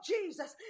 Jesus